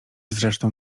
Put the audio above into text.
zresztą